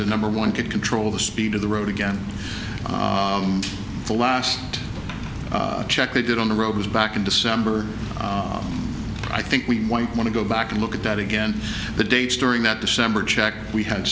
to number one could control the speed of the road again the last check they did on the road was back in december i think we might want to go back and look at that again the dates during that december check we had